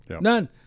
none